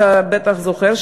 אתה בטח זוכר,